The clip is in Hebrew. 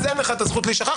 אז אין לך את הזכות להישכח,